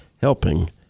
helping